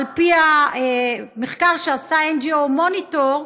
על פי המחקר שעשה NGO Monitor,